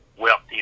wealthy